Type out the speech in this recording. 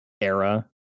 era